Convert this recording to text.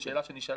זאת שאלה שנשאלה?